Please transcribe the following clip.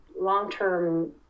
long-term